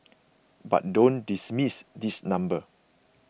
but don't dismiss this number